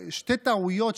שתי טעויות,